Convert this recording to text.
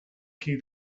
qui